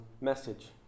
message